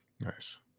Nice